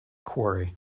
quarry